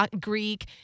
Greek